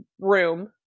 room